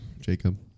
Jacob